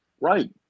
Right